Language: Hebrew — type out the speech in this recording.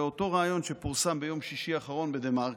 באותו ריאיון שפורסם ביום שישי בדה-מרקר,